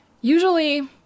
Usually